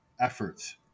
efforts